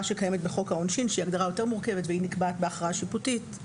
שקיימת בחוק העונשין שהיא הגדרה יותר מורכבת והיא נקבעת בהכרעה שיפוטית.